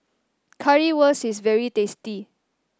currywurst is very tasty